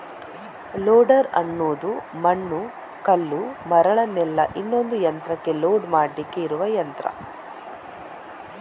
loader ಅನ್ನುದು ಮಣ್ಣು, ಕಲ್ಲು, ಮರಳನ್ನೆಲ್ಲ ಇನ್ನೊಂದು ಯಂತ್ರಕ್ಕೆ ಲೋಡ್ ಮಾಡ್ಲಿಕ್ಕೆ ಇರುವ ಯಂತ್ರ